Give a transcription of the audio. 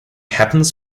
happens